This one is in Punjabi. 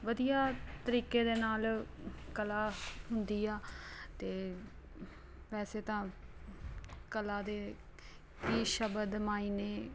ਵਧੀਆ ਤਰੀਕੇ ਦੇ ਨਾਲ ਕਲਾ ਹੁੰਦੀ ਆ ਅਤੇ ਵੈਸੇ ਤਾਂ ਕਲਾ ਦੇ ਵੀ ਸ਼ਬਦ ਮਾਈਨੇ